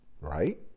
right